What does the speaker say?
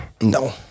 No